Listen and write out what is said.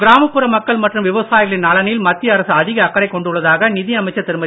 கிராமப்புற மக்கள் மற்றும் விவசாயிகளின் நலனில் மத்திய அரசு அதிக அக்கறை கொண்டுள்ளதாக நிதி அமைச்சர் திருமதி